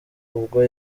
ubwo